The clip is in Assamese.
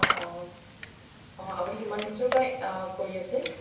অঁ অঁ অঁ আপুনি কিমান বছৰ পৰাই কৰি আছে